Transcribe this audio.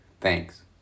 Thanks